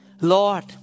Lord